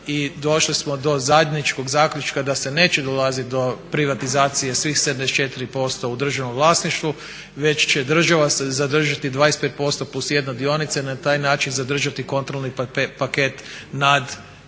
došli smo do zajedničkog zaključka da se neće dolaziti do privatizacije svih 74% u državnom vlasništvu već će država se zadržati 25%+1 dionica i na taj način zadržati kontrolni paket nad samom